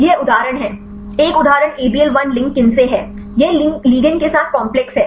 यह उदाहरण है एक उदाहरण ABL 1 लिंक किनसे है यह लिगेंड के साथ काम्प्लेक्स है